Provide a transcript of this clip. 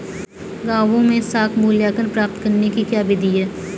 गाँवों में साख मूल्यांकन प्राप्त करने की क्या विधि है?